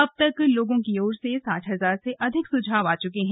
अब तक लोगों की ओर से से साठ हजार से अधिक सुझाव आ चुके हैं